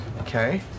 Okay